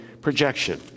projection